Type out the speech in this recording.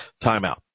timeout